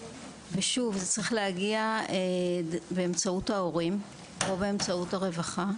וזה צריך להגיע באמצעות ההורים או באמצעות הרווחה,